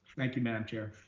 thank you, madam chair.